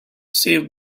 save